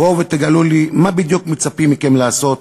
בואו ותגלו לי מה בדיוק מצפים מכם לעשות.